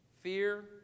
fear